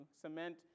cement